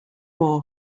war